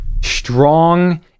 strong